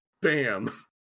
Bam